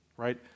right